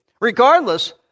regardless